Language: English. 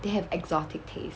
they have exotic taste